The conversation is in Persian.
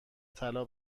طلا